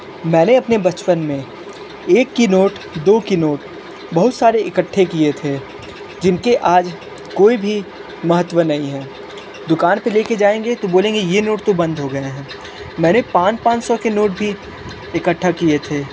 मैंने अपने बचपन में एक की नोट दो की नोट बहुत सारे इक्कट्ठे किये थे जिनके आज कोई भी महत्व नहीं हैं दुकान पर लेकर जायेंगे तो बोलेंगे यह नोट तो बंद हो गए हैं मैंने पाँच पाँच सौ के नोट भी इकठ्ठा किये थे